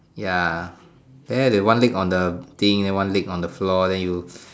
ya there they one leg on the thing one leg on the floor then you